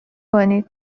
کنید